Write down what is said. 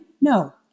No